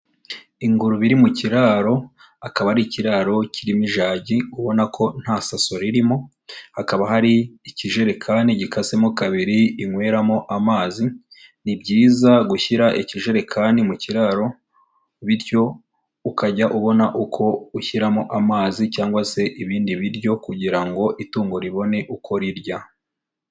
Ingurube iri mu kiraro akaba ari ikiraro kirimo ijagi ubona ko nta saso ririmo, hakaba hari ikijerekani gikasemo kabiri inyweramo amazi, ni byiza gushyira ikijerekani mu kiraro bityo ukajya ubona uko ushyiramo amazi cyangwa se ibindi biryo kugira ngo itungo ribone uko rirya.